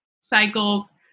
cycles